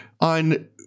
on